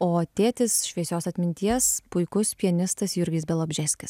o tėtis šviesios atminties puikus pianistas jurgis bialobžeskis